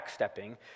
backstepping